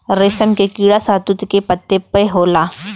रेशम के कीड़ा शहतूत के पत्ती पे होला